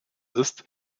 ist